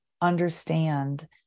understand